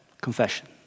Confession